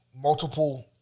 multiple